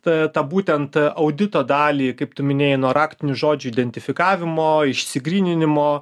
tą tą būtent audito dalį kaip tu minėjai nuo raktinių žodžių identifikavimo išsigryninimo